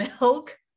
milk